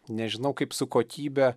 nežinau kaip su kokybe